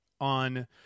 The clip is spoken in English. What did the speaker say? on